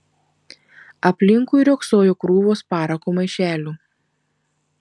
aplinkui riogsojo krūvos parako maišelių